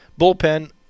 bullpen